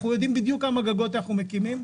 אנחנו יודעים בדיוק כמה גגות אנחנו מקימים,